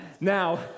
Now